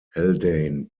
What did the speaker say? haldane